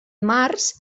març